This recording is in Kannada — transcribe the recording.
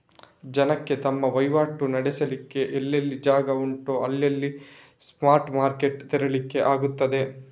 ಜನಕ್ಕೆ ತಮ್ಮ ವೈವಾಟು ನಡೆಸ್ಲಿಕ್ಕೆ ಎಲ್ಲೆಲ್ಲ ಜಾಗ ಉಂಟೋ ಅಲ್ಲೆಲ್ಲ ಸ್ಪಾಟ್ ಮಾರ್ಕೆಟ್ ತೆರೀಲಿಕ್ಕೆ ಆಗ್ತದೆ